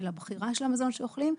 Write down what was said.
של הבחירה של המזון שאוכלים,